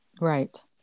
Right